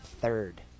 third